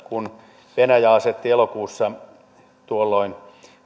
kun venäjä asetti elokuussa tuolloin